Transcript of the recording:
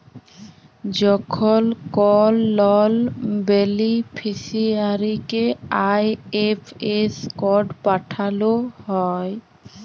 যখল কল লল বেলিফিসিয়ারিকে আই.এফ.এস কড পাঠাল হ্যয়